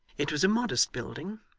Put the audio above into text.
it was a modest building,